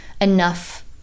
enough